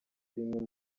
bimwe